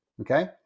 okay